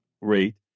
rate